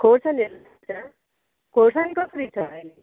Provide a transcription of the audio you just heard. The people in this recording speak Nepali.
खोर्सानीहरू चाहिन्छ खोर्सानी कसरी छ अहिले